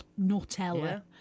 Nutella